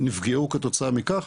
נפגעו כתוצאה מכך,